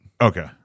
Okay